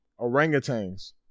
orangutans